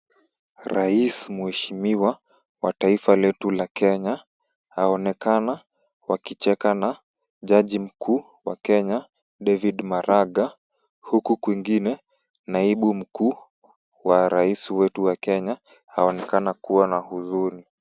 Rais Mheshimiwa wa taifa letu la Kenya aonekana wakicheka na Jaji mkuu wa Kenya David Maraga huku kwingine naibu mkuu wa rais wetu wa Kenya aonekana kuwa na huzuni.